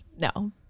No